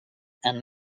and